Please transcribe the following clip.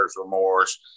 remorse